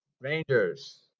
Rangers